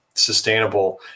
Sustainable